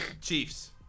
Chiefs